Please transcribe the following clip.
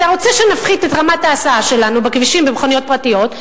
אתה רוצה שנפחית את רמת ההסעה שלנו בכבישים במכוניות פרטיות,